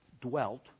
dwelt